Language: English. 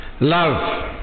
love